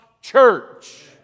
church